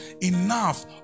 enough